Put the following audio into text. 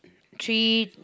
three